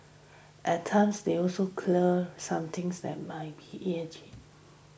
at times they also clear something that might be urgent